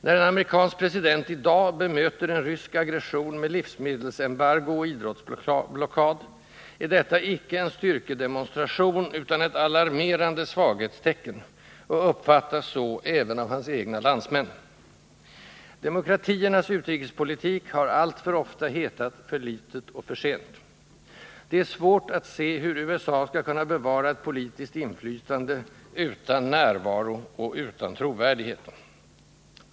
När en amerikansk president i dag bemöter en rysk aggression med livsmedelsembargo och idrottsblockad, är detta icke en styrkedemonstration utan ett alarmerande svaghetstecken — och uppfattas så även av hans egna landsmän. Demokratiernas utrikespolitik har alltför ofta hetat: för litet och för sent. Det är svårt att se hur USA utan närvaro och utan trovärdighet skall kunna bevara ett politiskt inflytande.